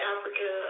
Africa